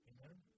Amen